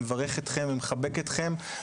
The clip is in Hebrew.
מברך אתכם ומחבק אתכם,